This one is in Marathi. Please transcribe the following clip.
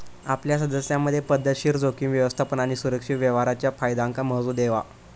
आपल्या सदस्यांमधे पध्दतशीर जोखीम व्यवस्थापन आणि सुरक्षित व्यवहाराच्या फायद्यांका महत्त्व देवा